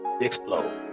explode